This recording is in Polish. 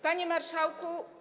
Panie Marszałku!